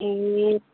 ए